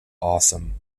awesome